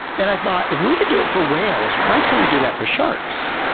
and i thought, if we can do it for whales, why can't we do that for sharks?